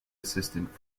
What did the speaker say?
assistant